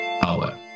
power